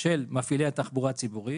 של מפעילי התחבורה הציבורית